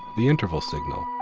the interval signal.